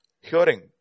Hearing